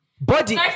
Body